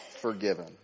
forgiven